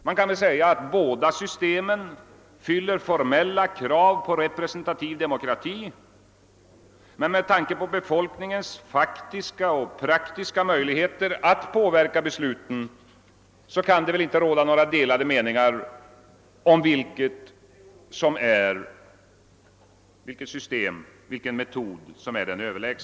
Man kan väl säga att båda systemen fyller formella krav på representativ demokrati, men med tanke på befolkningens faktiska och praktiska möjligheter att påverka besluten kan det knappast råda några delade meningar om vilken metod som är den överlägsna.